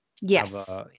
yes